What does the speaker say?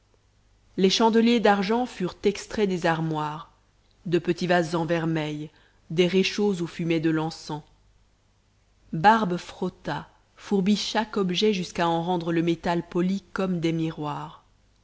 les chandeliers d'argent furent extraits des armoires de petits vases en vermeil des réchauds où fumerait de l'encens barbe frotta fourbit chaque objet jusqu'à en rendre le métal poli comme des miroirs